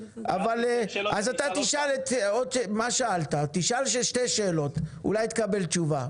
אז תשאל שתי ששאלות אולי תקבל תשובה.